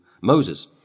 moses